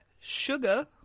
sugar